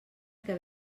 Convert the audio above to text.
que